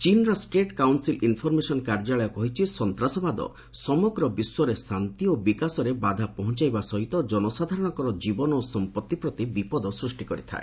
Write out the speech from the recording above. ଚୀନ୍ର state council information କାର୍ଯ୍ୟାଳୟ କହିଛି ସନ୍ତାସବାଦ ସମଗ୍ର ବିଶ୍ୱରେ ଶାନ୍ତି ଓ ବିକାଶରେ ବାଧା ପହଞ୍ଚାଇବା ସହିତ ଜନସାଧାରଣଙ୍କର ଜୀବନ ଓ ସମ୍ପଭି ପ୍ରତି ବିପଦ ସୃଷ୍ଟି କରିଥାଏ